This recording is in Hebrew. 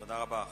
תודה רבה.